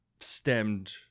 stemmed